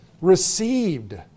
received